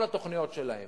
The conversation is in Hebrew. כל התוכניות שלהם,